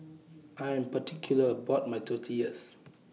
I Am particular about My Tortillas